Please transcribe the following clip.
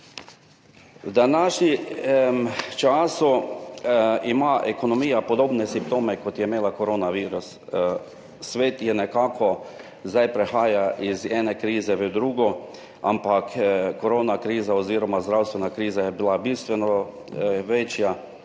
V današnjem času ima ekonomija podobne simptome, kot jih je imel koronavirus. Svet zdaj nekako prehaja iz ene krize v drugo, ampak koronakriza oziroma zdravstvena kriza je bila bistveno večja